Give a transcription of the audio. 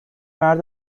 مرد